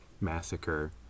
massacre